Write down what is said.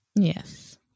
yes